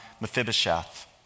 Mephibosheth